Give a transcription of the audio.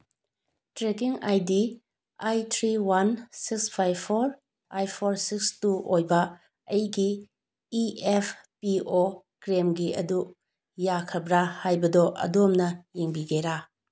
trekking I D eight three one six five four eight four six two ꯑꯣꯏꯕ ꯑꯩꯒꯤ E F P O ꯀ꯭ꯂꯦꯝꯒꯤ ꯑꯗꯨ ꯌꯥꯈ꯭ꯔꯕꯔꯥ ꯍꯥꯏꯕꯗꯣ ꯑꯗꯣꯝꯅ ꯌꯦꯡꯕꯤꯒꯦꯔꯥ